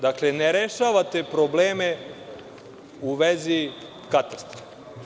Dakle, ne rešavate probleme u vezi katastra.